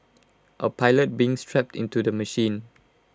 A pilot being strapped into the machine